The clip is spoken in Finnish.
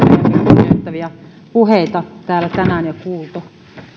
kunnioittavia puheita täällä on tänään jo kuultu